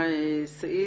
תודה.